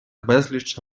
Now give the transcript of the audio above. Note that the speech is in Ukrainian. безліч